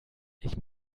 ich